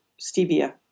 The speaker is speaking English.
stevia